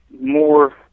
more